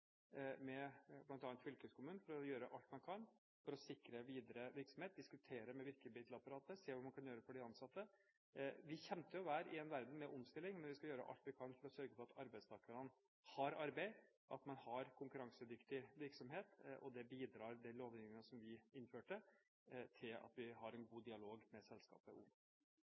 med bl.a. fylkeskommunen, for å gjøre alt man kan for å sikre videre virksomhet – diskutere med virkemiddelapparatet, se hva man kan gjøre for de ansatte. Vi kommer til å være i en verden med omstilling, men vi skal gjøre alt vi kan for å sørge for at arbeidstakerne har arbeid, og at man har konkurransedyktig virksomhet. Den lovgivningen som vi innførte, bidrar til at vi har en god dialog med selskapet